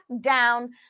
down